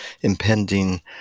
impending